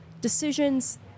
decisions